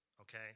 okay